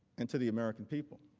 and to the american people.